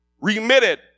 remitted